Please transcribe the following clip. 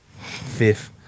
fifth